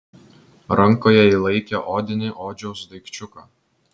rankoje ji laikė odinį odžiaus daikčiuką